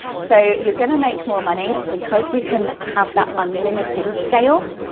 so you're gonna make more money because you can have that unlimited scale.